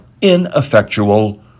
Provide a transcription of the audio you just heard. ineffectual